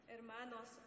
Hermanos